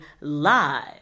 live